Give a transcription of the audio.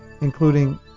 including